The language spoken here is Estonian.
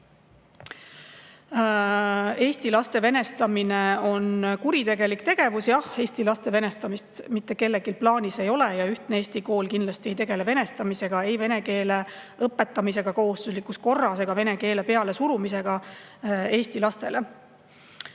eesti laste venestamine on kuritegelik tegevus. Eesti laste venestamist mitte kellelgi plaanis ei ole ja ühtne Eesti kool kindlasti ei tegele venestamisega, ei vene keele õpetamisega kohustuslikus korras ega vene keele pealesurumisega eesti lastele.